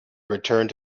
returned